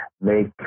make